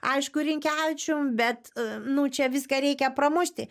aišku rinkevičium bet nu čia viską reikia pramušti